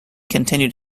continued